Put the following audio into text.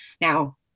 Now